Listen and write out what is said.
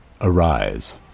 arise